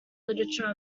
literature